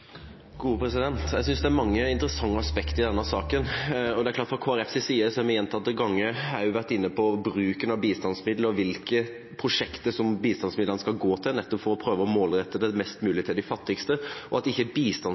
Jeg synes det er mange interessante aspekter i denne saken. Det er klart at fra Kristelig Folkepartis side har vi gjentatte ganger også vært inne på bruken av bistandsmidler og hvilke prosjekter som bistandsmidlene skal gå til, nettopp for å prøve å målrette det mest mulig til de fattigste, så ikke